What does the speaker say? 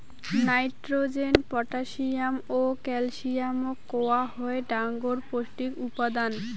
nitrogen, potassium ও ক্যালসিয়ামক কওয়া হই ডাঙর পৌষ্টিক উপাদান